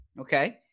Okay